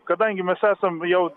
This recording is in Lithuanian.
kadangi mes esam jau